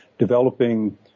developing